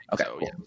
Okay